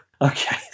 Okay